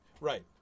Right